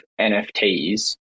NFTs